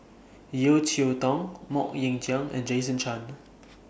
Yeo Cheow Tong Mok Ying Jang and Jason Chan